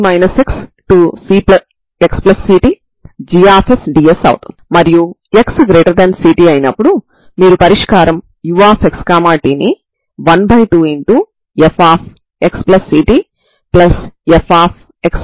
ఈ strip a నుండి b వరకు ఉంటుంది మరియు t 0 కాబట్టి a నుండి b వరకు x డొమైన్ అవుతుంది మరియు t డొమైన్ t 0 అవుతుంది